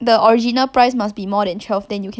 freaking waste my money I cannot